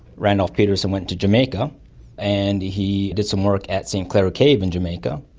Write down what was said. randolph peterson, went to jamaica and he did some work at st clair cave in jamaica.